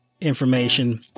information